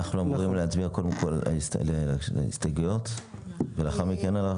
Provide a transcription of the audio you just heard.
אני מצר על כך שוועדת הבריאות כינסה את הדיון היום